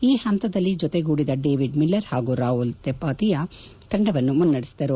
ಈ ಹಂತದಲ್ಲಿ ಜೊತೆಗೂಡಿದ ಡೇವಿಡ್ ಮಿಲ್ವರ್ ಹಾಗೂ ರಾಹುಲ್ ತೆವಾತಿಯಾ ತಂಡವನ್ನು ಮುನ್ನಡೆಸಿದರು